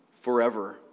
forever